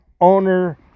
owner